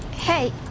hey,